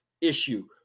issue